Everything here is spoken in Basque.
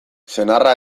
senarra